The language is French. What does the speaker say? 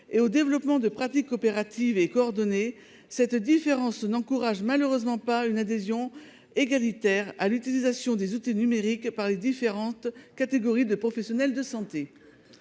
et à développer des pratiques coopératives et coordonnées, une telle différence n'encourage malheureusement pas une adhésion égalitaire à l'utilisation de tels outils par les différentes catégories de professionnels de santé.